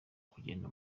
kugenda